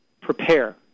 prepare